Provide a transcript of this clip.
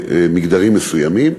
במגזרים מסוימים,